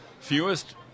Fewest